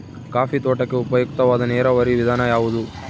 Coffee ತೋಟಕ್ಕೆ ಉಪಯುಕ್ತವಾದ ನೇರಾವರಿ ವಿಧಾನ ಯಾವುದು?